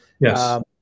yes